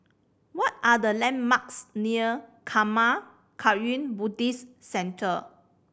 what are the landmarks near Karma Kagyud Buddhist Centre